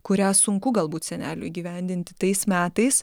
kurią sunku galbūt seneliui įgyvendinti tais metais